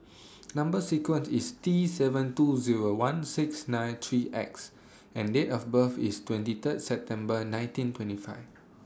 Number sequence IS T seven two Zero one six nine three X and Date of birth IS twenty Third September nineteen twenty five